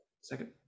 second